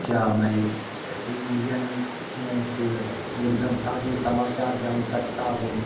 क्या मैं C N N से एकदम ताज़े समाचार जान सकता हूँ